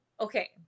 Okay